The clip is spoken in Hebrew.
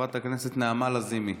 חברת הכנסת נעמה לזימי,